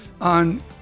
on